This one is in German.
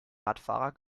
radfahrer